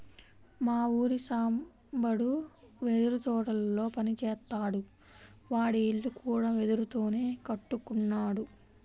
మా ఊరి సాంబడు వెదురు తోటల్లో పని జేత్తాడు, వాడి ఇల్లు కూడా వెదురుతోనే కట్టుకున్నాడు